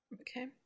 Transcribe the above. okay